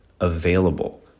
available